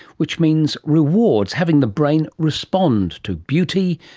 which means rewards, having the brain respond to beauty,